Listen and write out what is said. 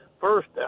First